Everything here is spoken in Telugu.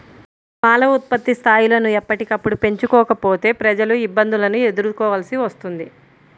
పాల ఉత్పత్తి స్థాయిలను ఎప్పటికప్పుడు పెంచుకోకపోతే ప్రజలు ఇబ్బందులను ఎదుర్కోవలసి వస్తుంది